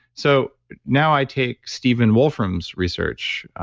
so now i take stephen wolfram's research